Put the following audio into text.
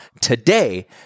today